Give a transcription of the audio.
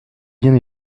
bien